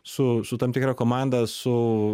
su su tam tikra komanda su